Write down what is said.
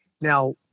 Now